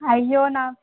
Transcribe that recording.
అయ్యో నా